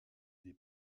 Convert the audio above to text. des